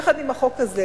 יחד עם החוק הזה